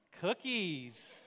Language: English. cookies